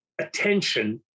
attention